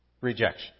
rejection